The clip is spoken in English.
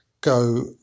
go